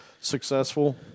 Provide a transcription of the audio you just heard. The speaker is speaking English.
successful